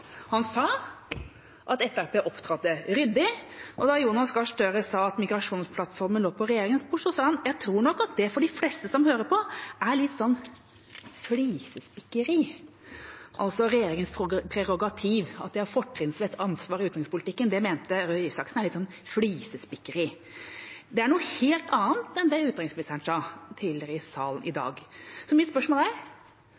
Han sa at Fremskrittspartiet opptrådte ryddig, og da Jonas Gahr Støre sa at migrasjonsplattformen lå på regjeringens bord, sa han at han trodde at for de fleste som hørte på, var det nok «litt sånn flisespikkeri» at det er regjeringens prerogativ å ha ansvar i utenrikspolitikken. Det mente Røe Isaksen var flisespikkeri. Det er noe helt annet enn det utenriksministeren sa tidligere i salen i